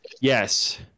yes